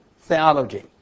theology